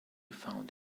found